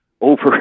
Over